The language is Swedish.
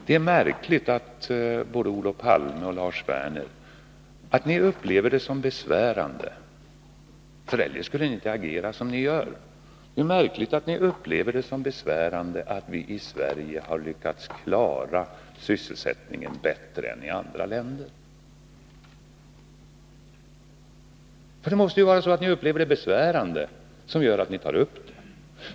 Det är märkligt att både Olof Palme och Lars Werner upplever det som besvärande — eljest skulle ni ju inte agera som ni gör — att vi i Sverige har lyckats klara sysselsättningen bättre än man gjort i andra länder. Att ni upplever det som besvärande måste ju vara anledningen till att ni tar upp den saken.